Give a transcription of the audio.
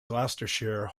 gloucestershire